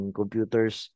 computers